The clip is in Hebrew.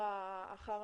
אחר